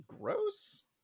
gross